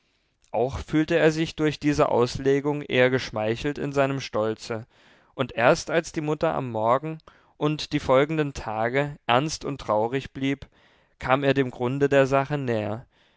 auch fühlte er sich durch diese auslegung eher geschmeichelt in seinem stolze und erst als die mutter am morgen und die folgenden tage ernst und traurig blieb kam er dem grunde der sache näher